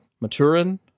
maturin